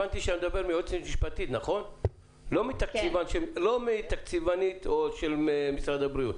הבנתי שאני מדבר עם יועצת משפטית ולא עם תקציבנית של משרד הבריאות.